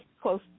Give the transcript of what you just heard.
close